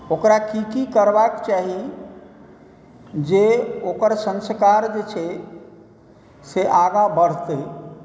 ओकरा की की करबाकेँ चाही जे ओकर संस्कार जे छै से आगाँ बढ़तै